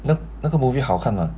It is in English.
那那个 movie 好看吗